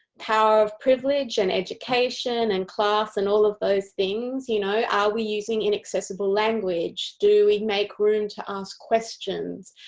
power of privilege and education and class and all of those things. you know, are we using inaccessible language? do with make room to ask questions?